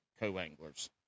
co-anglers